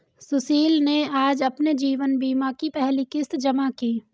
सुशील ने आज अपने जीवन बीमा की पहली किश्त जमा की